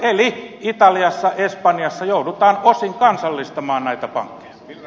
eli italiassa espanjassa joudutaan osin kansallistamaan näitä pankkeja